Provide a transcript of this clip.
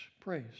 praise